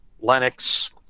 Lennox